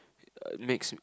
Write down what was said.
makes